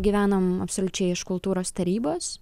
gyvenam absoliučiai iš kultūros tarybos